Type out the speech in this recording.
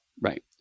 right